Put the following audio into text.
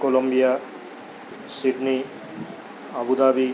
Colombia Sydney Abu Dhabi